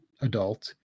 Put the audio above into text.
adult